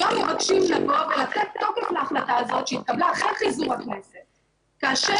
היום מבקשים לתת תוקף להחלטה הזאת שהתקבלה אחרי פיזור הכנסת כאשר